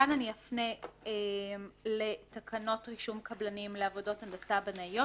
כאן אפנה לתקנות רישום קבלנים לעבודות הנדסה בנאיות,